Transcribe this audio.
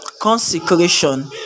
consecration